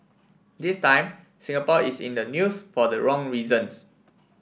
this time Singapore is in the news for the wrong reasons